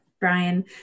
Brian